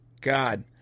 God